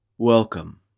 Welcome